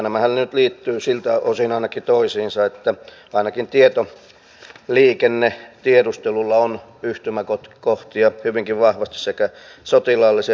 nämähän nyt liittyvät toisiinsa ainakin siltä osin että ainakin tietoliikennetiedustelulla on yhtymäkohtia hyvinkin vahvasti sekä sotilaalliseen että siviilipuoleen